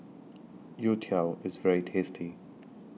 Youtiao IS very tasty